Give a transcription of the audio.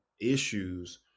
issues